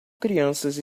crianças